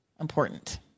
important